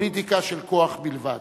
פוליטיקה של כוח בלבד.